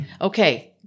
Okay